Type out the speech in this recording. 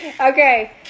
Okay